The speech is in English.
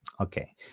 okay